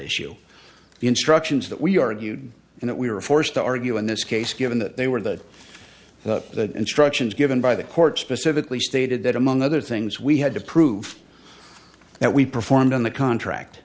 issue instructions that we argued and that we were forced to argue in this case given that they were that the instructions given by the court specifically stated that among other things we had to prove that we performed on the contract